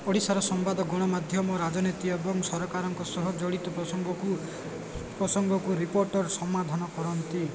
ଓଡ଼ିଶାର ସମ୍ବାଦ ଗଣମାଧ୍ୟମ ରାଜନୀତି ଏବଂ ସରକାରଙ୍କ ସହ ଜଡ଼ିତ ପ୍ରସଙ୍ଗକୁ ପ୍ରସଙ୍ଗକୁ ରିପୋର୍ଟର ସମାଧାନ କରନ୍ତି